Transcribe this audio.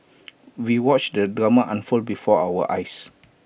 we watched the drama unfold before our eyes